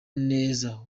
neza